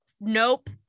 nope